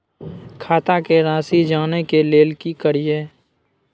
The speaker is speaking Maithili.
खाता के राशि जानय के लेल की करिए?